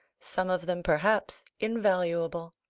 some of them perhaps invaluable.